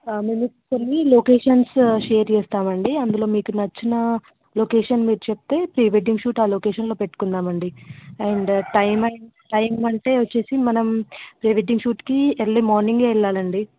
మేము కొన్ని locations share చేస్తాం అండి అందులో మీకు నచ్చిన లొకేషన్ మీరు చెప్తే ప్రీ వెడ్డింగ్ షూట్ ఆ లొకేషన్లో పెట్టుకుందాం అండి అండ్ టైం టైమ్ అంటే వచ్చి మనం ప్రీ వెడ్డింగ్ షూట్కి ఎర్లీ మార్నింగ్ వెళ్ళాలండి